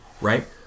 right